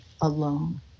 alone